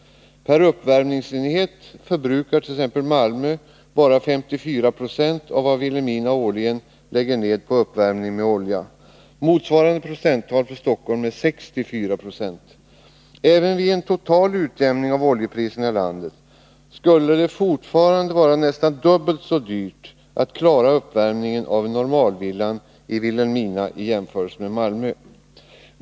Per uppvärmningsenhet förbrukar t.ex. Malmö bara 54 96 av vad Vilhelmina årligen förbrukar för uppvärmning med olja. Motsvarande procenttal för Stockholm är 64 96. Även vid en total utjämning av oljepriserna i landet skulle det fortfarande vara nästan dubbelt så dyrt att klara uppvärmningen av normalvillan i Vilhelmina i jämförelse med Malmö.